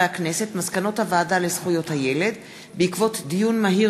מסקנות הוועדה לזכויות הילד בעקבות דיון מהיר